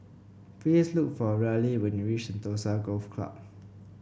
please look for Riley when you reach Sentosa Golf Club